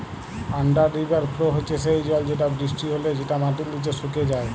under river flow হচ্যে সেই জল যেটা বৃষ্টি হলে যেটা মাটির নিচে সুকে যায়